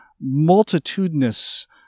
multitudinous